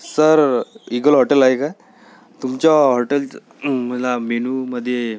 sir Eagle hotel आहे का तुमच्या हॉटेलला मेन्यूमधे